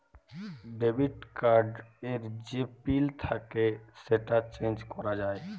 debit card এর যে PIN থাক্যে সেটা চেঞ্জ ক্যরা যায়